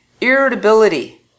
irritability